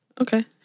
Okay